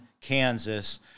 kansas